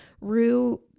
Rue